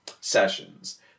sessions